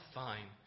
fine